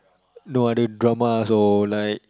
no other dramas or like